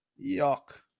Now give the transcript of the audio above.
Yuck